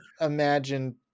imagine